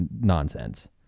nonsense